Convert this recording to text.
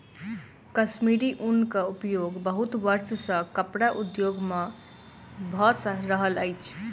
कश्मीरी ऊनक उपयोग बहुत वर्ष सॅ कपड़ा उद्योग में भ रहल अछि